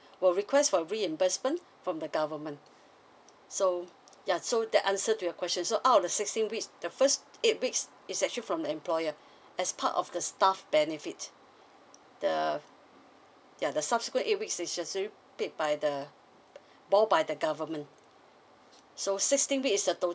will request for reimbursement from the government so ya so that answered to your question so out the sixteen weeks the first eight weeks is actually from the employer as part of the staff benefit the ya the subsequent eights weeks is actually will be paid by borne by the government so sixteen weeks is the total